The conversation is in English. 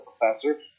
professor